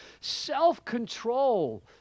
self-control